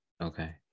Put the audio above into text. Okay